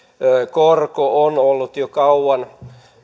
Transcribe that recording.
korko on ollut jo kauan